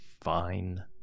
fine